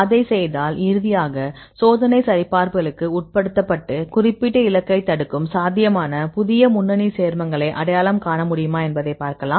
அதைச் செய்தால் இறுதியாக சோதனைச் சரிபார்ப்புகளுக்கு உட்படுத்தப்பட்டு குறிப்பிட்ட இலக்கைத் தடுக்கும் சாத்தியமான புதிய முன்னணி சேர்மங்களை அடையாளம் காண முடியுமா என்று பார்க்கலாம்